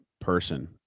person